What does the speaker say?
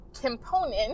component